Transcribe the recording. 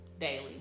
daily